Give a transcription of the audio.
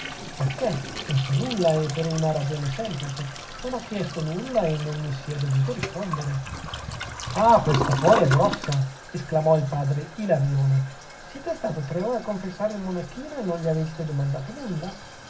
perchè non so nulla e per una semplice ragione non ho chiesto nulla e non mi si è dovuto rispondere ah questa poi è grossa esclamò il padre ilarione siete stato tre ore a confessare il monachino e non gli avete domandato nulla